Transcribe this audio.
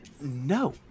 No